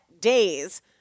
days